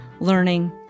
learning